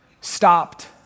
stopped